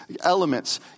elements